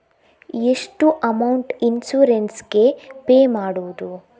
ಎಷ್ಟು amount insurance ಗೇ pay ಮಾಡುವುದು?